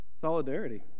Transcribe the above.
solidarity